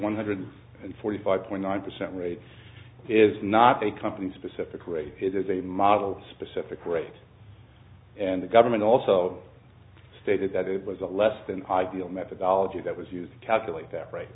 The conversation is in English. one hundred and forty five point one percent rate is not a company specific rate it is a model specific rate and the government also stated that it was a less than ideal methodology that was used to calculate that right